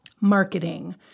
marketing